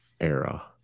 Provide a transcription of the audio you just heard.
era